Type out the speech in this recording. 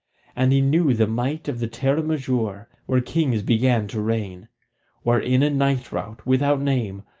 and he knew the might of the terre majeure, where kings began to reign where in a night-rout, without name,